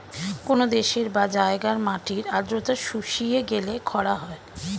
কোন দেশের বা জায়গার মাটির আর্দ্রতা শুষিয়ে গেলে খরা হয়